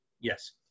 Yes